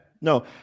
No